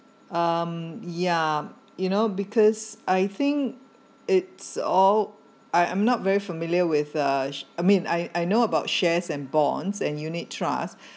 um yeah you know because I think it's all I I'm not very familiar with uh I mean I I know about shares and bonds and unit trust